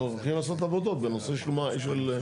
הם הולכים לעשות עבודות בנושא של גז.